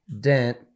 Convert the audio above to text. dent